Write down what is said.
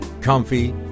comfy